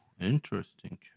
interesting